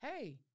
hey